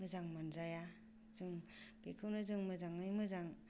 मोजां मोनजाया जों बेखौनो जों मोजाङै मोजां